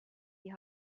die